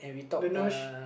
the nurse